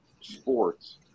sports